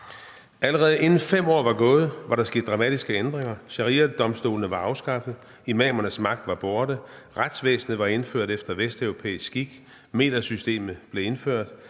Allerede inden der var gået 5 år, var der sket dramatiske ændringer. Shariadomstolene var afskaffet, imamernes magt var borte, retsvæsnet var indført efter vesteuropæisk skik, metersystemet blev indført,